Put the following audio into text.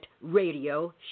radio